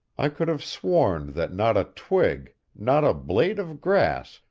i could have sworn that not a twig, not a blade of grass,